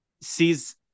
sees